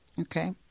Okay